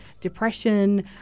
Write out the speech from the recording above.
depression